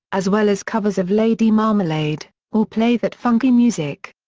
as well as covers of lady marmalade or play that funky music.